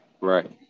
Right